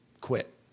quit